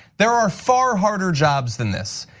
there are far harder jobs than this.